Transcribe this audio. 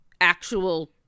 actual